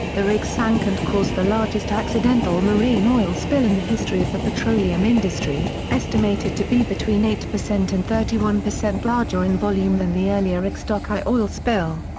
the rig sank and caused the largest accidental marine oil spill in the history of the petroleum industry, estimated to be between eight percent and thirty one percent larger in volume than the earlier ixtoc i oil spill.